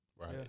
Right